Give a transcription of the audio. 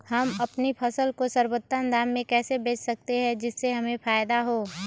हम अपनी फसल को सर्वोत्तम दाम में कैसे बेच सकते हैं जिससे हमें फायदा हो?